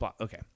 Okay